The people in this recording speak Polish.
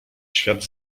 świat